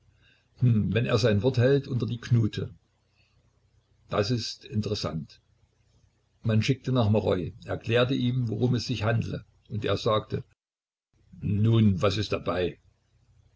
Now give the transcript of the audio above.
wenn er sein wort hält unter die knute das ist interessant man schickte nach maroi erklärte ihm worum es sich handle und er sagte nun was ist dabei